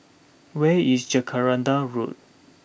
where is Jacaranda Road